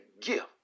gift